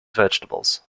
vegetables